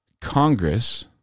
Congress